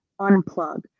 Unplug